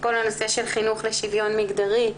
כל הנושא של חינוך לשוויון מגדרי,